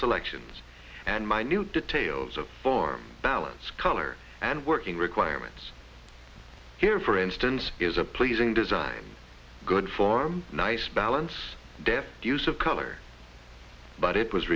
selections and minute details of form balance color and working requirements here for instance is a pleasing design good form nice balance death to use of color but it was